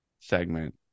segment